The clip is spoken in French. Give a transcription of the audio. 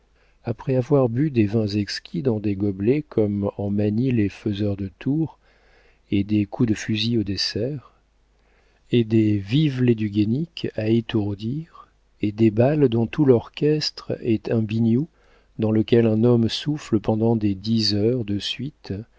après avoir bu des vins exquis dans des gobelets comme en manient les faiseurs de tours et des coups de fusil au dessert et des vive les du guénic à étourdir et des bals dont tout l'orchestre est un biniou dans lequel un homme souffle pendant des dix heures de suite